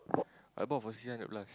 I bought for six hundred plus